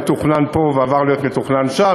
מה שהיה מתוכנן פה ועבר להיות מתוכנן שם.